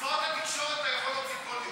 אבל סיסמאות לתקשורת אתה יכול להוציא כל יום.